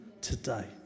today